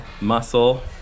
muscle